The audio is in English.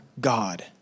God